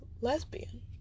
lesbian